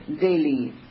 daily